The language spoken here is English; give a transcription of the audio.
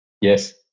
Yes